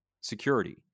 security